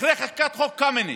אחרי חקיקת חוק קמיניץ.